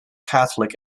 catholic